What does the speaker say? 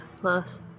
plus